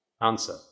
answer